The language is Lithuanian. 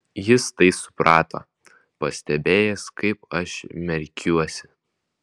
jis tai suprato pastebėjęs kaip aš merkiuosi